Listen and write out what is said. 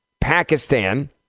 Pakistan